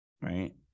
Right